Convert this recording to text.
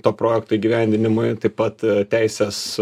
to projekto įgyvendinimui taip pat teisės